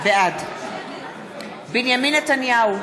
בעד בנימין נתניהו,